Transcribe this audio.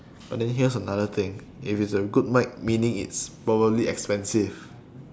but then here's another thing if it's a good mic meaning it's probably expensive